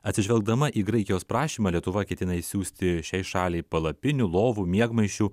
atsižvelgdama į graikijos prašymą lietuva ketina išsiųsti šiai šaliai palapinių lovų miegmaišių